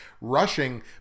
rushing